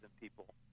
people